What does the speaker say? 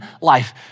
life